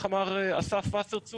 איך אמר אסף וסרצוג?